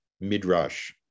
Midrash